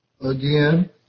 again